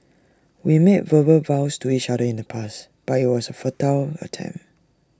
we made verbal vows to each other in the past but IT was A futile attempt